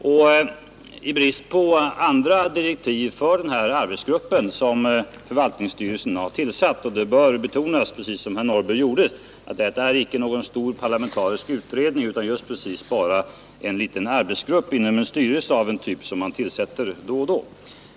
Det bör betonas, precis som herr Norrby gjorde, att den här gruppen som förvaltningsstyrelsen har tillsatt icke är någon stor, parlamentarisk utredning utan bara en liten arbetsgrupp inom en styrelse, av en typ som man tillsätter då och då.